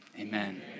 Amen